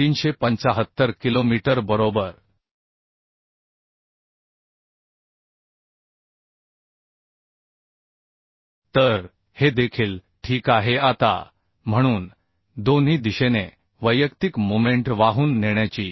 6375 kilometre बरोबर तर हे देखील ठीक आहे आता म्हणून दोन्ही दिशेने वैयक्तिक मोमेंट वाहून नेण्याची